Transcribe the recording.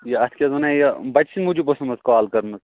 یہِ اَتھ کیٛازِ وَنان یہِ بَچہِ سٕنٛدۍ موٗجوٗب ٲسمٕژ کال کَرمٕژ